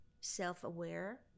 self-aware